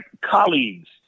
colleagues